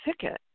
ticket